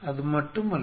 அது மட்டுமல்ல